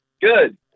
Good